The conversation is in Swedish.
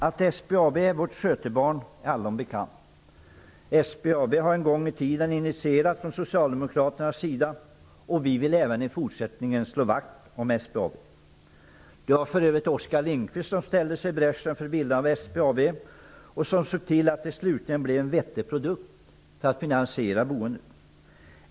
Att SBAB är vårt skötebarn är allom bekant. SBAB har en gång initierats från Socialdemokraternas sida, och vi vill även i fortsättningen slå vakt om SBAB. Det var för övrigt Oskar Lindkvist som gick i bräschen för bildandet av SBAB och som såg till att det slutligen blev en vettig produkt för att finansiera boendet.